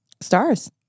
Stars